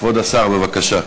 כבוד השר, בבקשה.